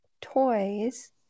toys